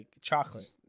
chocolate